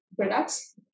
products